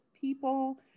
people